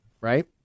right